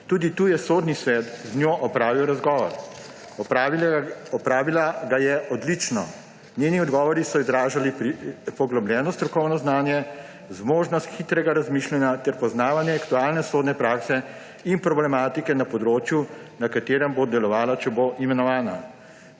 Tudi tu je Sodni svet z njo opravil razgovor. Opravila ga je odlično. Njeni odgovori so odražali poglobljeno strokovno znanje, zmožnost hitrega razmišljanja ter poznavanja aktualne sodne prakse in problematike na področju, na katerem bo delovala, če bo imenovana.